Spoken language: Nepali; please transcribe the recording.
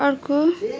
अर्को